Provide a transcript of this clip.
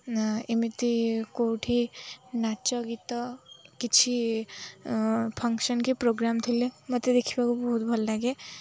ନା ଏମିତି କୋଉଠି ନାଚ ଗୀତ କିଛି ଫଙ୍କ୍ସନ୍ କି ପ୍ରୋଗ୍ରାମ୍ ଥିଲେ ମୋତେ ଦେଖିବାକୁ ବହୁତ ଭଲ ଲାଗେ